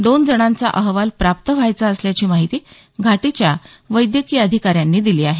दोन जणांचा अहवाल प्राप्त व्हायचा असल्याची माहिती घाटीच्या वैदकीय अधिकाऱ्यांनी दिली आहे